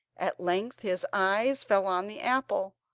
at length his eyes fell on the apple,